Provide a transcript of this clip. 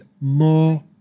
more